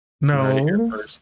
No